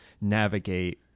navigate